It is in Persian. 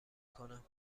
کنم